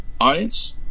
audience